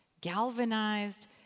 galvanized